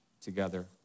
together